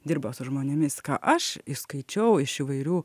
dirba su žmonėmis ką aš išskaičiau iš įvairių